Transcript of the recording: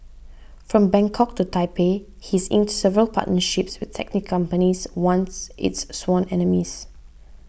from Bangkok to Taipei he's inked several partnerships with taxi companies once its sworn enemies